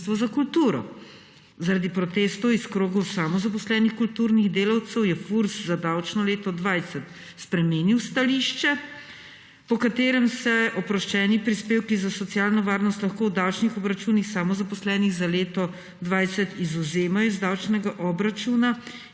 za kulturo. Zaradi protestov iz krogov samozaposlenih kulturnih delavcev je Furs za davčno leto 2020 spremenil stališče, po katerem se oproščeni prispevki za socialno varnost lahko v davčnih obračunih samozaposlenih za leto 2020 izvzemajo iz davčnega obračuna in